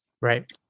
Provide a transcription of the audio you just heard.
Right